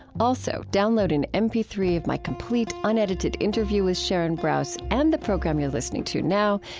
also, download an m p three of my complete unedited interview with sharon brous and the program you are listening to now.